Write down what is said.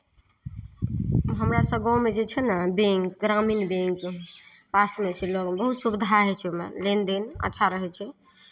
हमरा सभके गाँवमे जे छै ने बैंक ग्रामीण बैंक पासमे छै लोकके बहुत सुविधा होइ छै ओहिमे लेन देन अच्छा रहै छै